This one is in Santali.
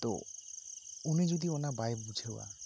ᱛᱚ ᱩᱱᱤ ᱡᱩᱫᱤ ᱚᱱᱟ ᱵᱟᱭ ᱵᱩᱡᱷᱟᱹᱣᱟ